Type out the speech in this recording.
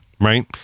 right